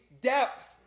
depth